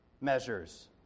measures